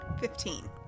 Fifteen